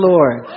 Lord